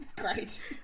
great